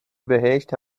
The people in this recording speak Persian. بهشت